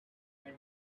and